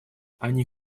они